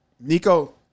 Nico